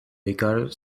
l’école